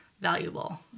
valuable